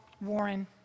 Warren